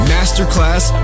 Masterclass